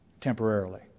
temporarily